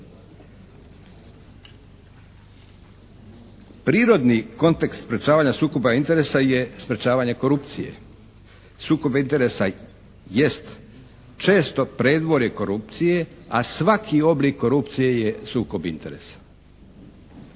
Prirodni kontekst sprječavanja sukoba interesa je sprječavanje korupcije, sukoba interesa jest često predvorje korupcije a svaki oblik korupcije je sukob interesa.